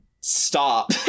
stop